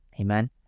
Amen